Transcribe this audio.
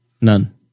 None